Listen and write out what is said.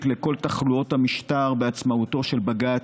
לכל תחלואות המשטר בעצמאותו של בג"ץ,